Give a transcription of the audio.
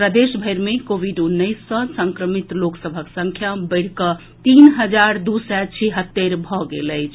प्रदेशभरि मे कोविड उन्नैस सँ संक्रमित लोक सभक संख्या बढ़ि कऽ तीन हजार दू सय छिहत्तरि भऽ गेल अछि